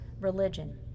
religion